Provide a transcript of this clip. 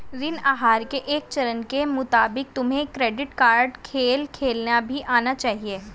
ऋण आहार के एक चरण के मुताबिक तुम्हें क्रेडिट कार्ड खेल खेलना भी आना चाहिए